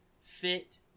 fit